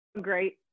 great